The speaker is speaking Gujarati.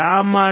શા માટે